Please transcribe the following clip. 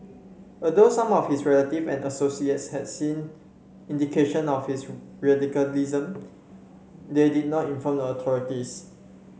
although some of his relatives and associates has seen indications of his radicalism they did not inform the authorities